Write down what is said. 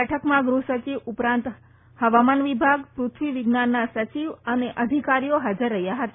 બેઠકમાં ગૃહ્સચિવ ઉપરાંત ફવામાન વિભાગ પૃથ્વી વિજ્ઞાનના સચિવ અને અધિકારીઓ ફાજર રહ્યા ફતા